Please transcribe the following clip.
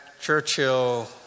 Churchill